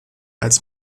als